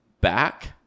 back